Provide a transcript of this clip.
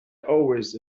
always